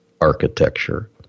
architecture